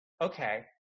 okay